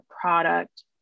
product